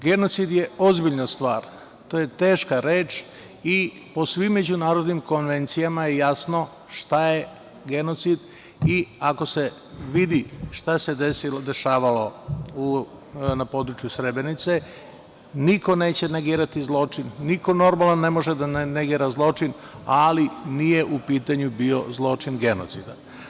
Genocid je ozbiljna stvar, to je teška reč i po svim međunarodnim konvencijama je jasno šta je genocid i ako se vidi šta se dešavalo na području Srebrenice, niko neće negirati zločin, niko normalan ne može da ne negira zločin, ali nije u pitanju bio zločin genocida.